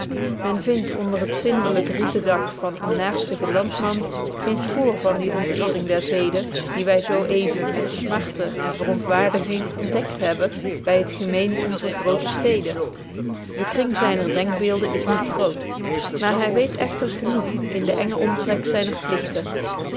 men vindt onder het zindlyk rietendak van eenen naerstigen landman geen spoor van die onteering der zeden die wy zo even met smarte en verontwaardiging ontdekt hebben by het gemeen onzer groote steden de kring zyner denkbeelden is betje wolff proeve over de opvoeding niet groot maar hy weet echter genoeg in den engen omtrek zyner pligten